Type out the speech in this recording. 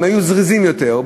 והיו זריזים יותר,